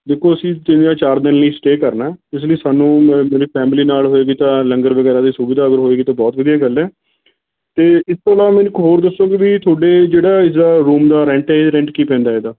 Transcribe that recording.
ਦੇਖੋ ਅਸੀਂ ਤਿੰਨ ਜਾਂ ਚਾਰ ਦਿਨ ਲਈ ਸਟੇਅ ਕਰਨਾ ਇਸ ਲਈ ਸਾਨੂੰ ਮੈਂ ਮੇਰੀ ਫੈਮਲੀ ਨਾਲ ਹੋਵੇਗੀ ਤਾਂ ਲੰਗਰ ਵਗੈਰਾ ਦੀ ਸੁਵਿਧਾ ਅਗਰ ਹੋਵੇਗੀ ਤਾਂ ਬਹੁਤ ਵਧੀਆ ਗੱਲ ਹੈ ਅਤੇ ਇਸ ਤੋਂ ਇਲਾਵਾ ਮੈਨੂੰ ਇੱਕ ਹੋਰ ਦੱਸੋਗੇ ਵੀ ਤੁਹਾਡੇ ਜਿਹੜਾ ਇਸ ਰੂਮ ਦਾ ਰੈਂਟ ਹੈ ਇਹ ਏਹ ਰੈਂਟ ਕੀ ਪੈਂਦਾ ਇਹਦਾ